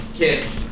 kids